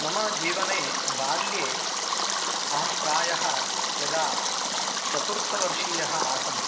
मम जीवने बाल्ये अहं प्रायः यदा चतुर्थवर्षीयः आसं